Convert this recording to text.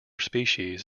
species